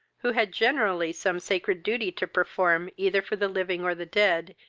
who had generally some sacred duty to perform either for the living or the dead,